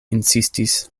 insistis